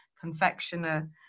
confectioner